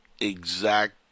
exact